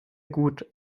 gut